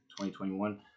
2021